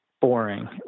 boring